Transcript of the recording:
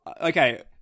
Okay